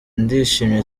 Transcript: ndishimye